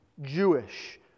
Jewish